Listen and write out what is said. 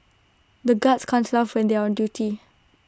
the guards can't laugh when they are on duty